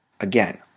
Again